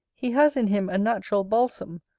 he has in him a natural balsam,